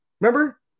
Remember